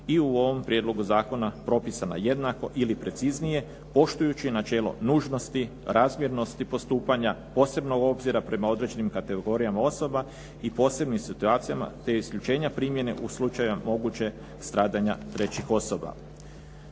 i u ovom prijedlogu zakona propisana jednako ili preciznije poštujući načelo nužnosti, razmjernosti postupanja, posebno obzira prema određenim kategorijama osoba i posebnim situacijama te isključenja primjene u slučajevima mogućih stradanja trećih osoba.